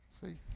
See